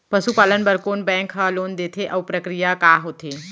पसु पालन बर कोन बैंक ह लोन देथे अऊ प्रक्रिया का होथे?